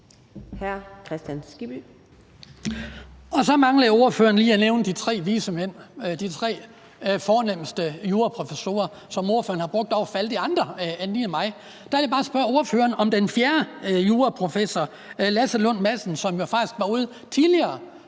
Så mangler ordføreren lige at nævne de tre vise mænd: de tre fornemmeste juraprofessorer, som ordføreren har brugt over for alle andre end lige mig. Der vil jeg bare spørge ordføreren om den fjerde juraprofessor, Lasse Lund Madsen, som jo faktisk var ude tidligere